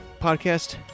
podcast